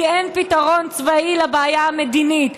כי אין פתרון צבאי לבעיה המדינית,